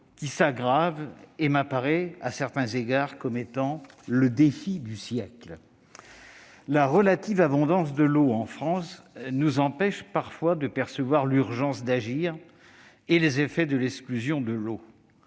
qui s'aggrave et m'apparaît à certains égards comme le « défi du siècle ». La relative abondance de l'eau en France nous empêche parfois de percevoir l'urgence d'agir et les effets de l'exclusion de l'eau.